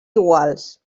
iguals